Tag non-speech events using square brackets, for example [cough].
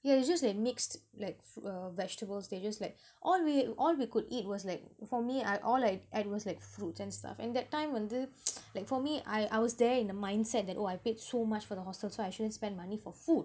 yeah you just like mixed like f~ uh vegetables they just like all we all we could eat was like for me I all I ate was like fruit and stuff and that time வந்து:vanthu [noise] like for me I I was there in the mindset that oh I paid so much for the hostel so I shouldn't spend money for food